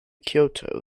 kyoto